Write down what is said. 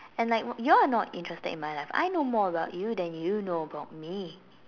and like you're not interested in my life I know more about you than you know about me